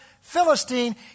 Philistine